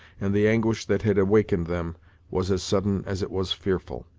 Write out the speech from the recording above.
and the anguish that had awakened them was as sudden as it was fearful.